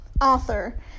author